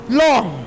long